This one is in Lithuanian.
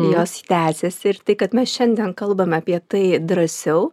jos tęsiasi ir tai kad mes šiandien kalbam apie tai drąsiau